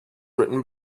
written